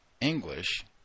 English